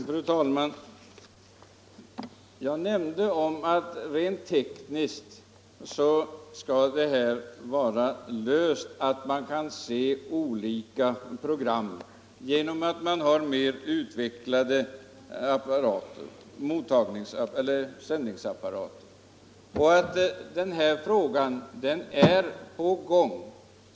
Fru talman! Jag nämnde att det rent tekniskt tycks vara löst, att man kan följa olika textade program genom att ha mer utvecklade apparater. Frågan är alltså på gång.